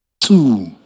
Two